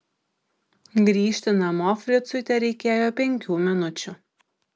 grįžti namo fricui tereikėjo penkių minučių